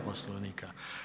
Poslovnika.